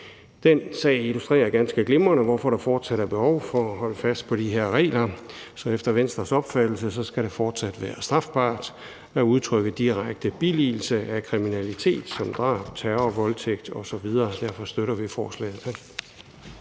Den sag illustrerer ganske glimrende, hvorfor der fortsat er behov for at holde fast på de her regler. Så efter Venstres opfattelse skal det fortsat være strafbart at udtrykke direkte billigelse af kriminalitet som drab, terror, voldtægt osv., og derfor støtter vi forslaget.